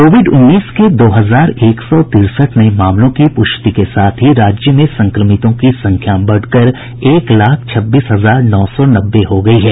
Covid उन्नीस के दो हजार एक सौ तिरसठ नये मामलों की पूष्टि के साथ ही राज्य में संक्रमितों की संख्या बढ़कर एक लाख छब्बीस हजार नौ सौ नब्बे हो गयी है